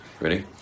Ready